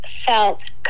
felt